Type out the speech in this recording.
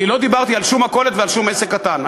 לא דיברתי על שום מכולת ועל שום עסק קטן.